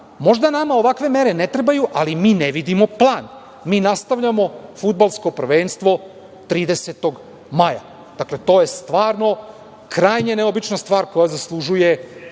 Možda nama ovakve mere ne trebaju, ali mi ne vidimo plan. Mi nastavljamo fudbalsko prvenstvo 30. maja. To je stvarno krajnje neobična stvar koja zaslužuje